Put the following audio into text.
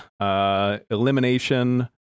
elimination